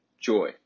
joy